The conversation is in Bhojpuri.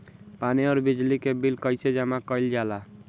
पानी और बिजली के बिल कइसे जमा कइल जाला?